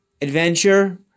Adventure